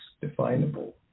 definable